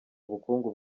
ubukungu